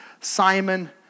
Simon